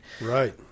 Right